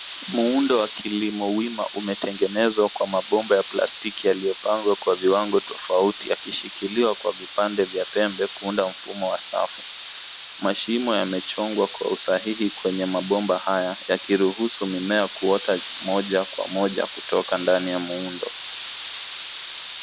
Muundo wa kilimo wima umetengenezwa kwa mabomba ya plastiki yaliyopangwa kwa viwango tofauti yakishikiliwa kwa vipande vya pembe kuunda mfumo wa safu. Mashimo yamechongwa kwa usahihi kwenye mabomba haya, yakiruhusu mimea kuota moja kwa moja kutoka ndani ya muundo.